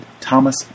Thomas